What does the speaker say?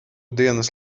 dienas